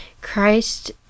Christ